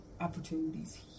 opportunities